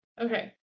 Okay